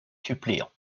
suppléants